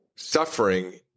suffering